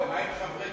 מה עם חברי